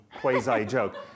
quasi-joke